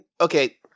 okay